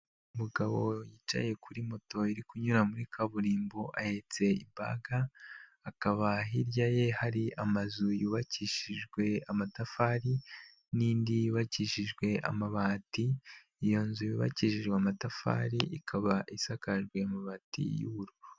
Umugabo yicaye kuri moto iri kunyura muri kaburimbo ahetse ibaga, akaba hirya ye hari amazu yubakishijwe amatafari n'indi bakijijwe amabati; iyo nzu yubakishijwe amatafari, ikaba isakajwe amabati y'ubururu.